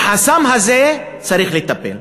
בחסם הזה צריך לטפל.